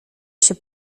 się